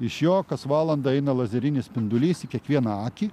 iš jo kas valandą eina lazerinis spindulys į kiekvieną akį